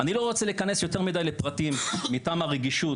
אני לא רוצה להיכנס יותר מדי לפרטים מטעם הרגישות,